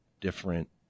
different